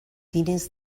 diners